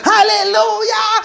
Hallelujah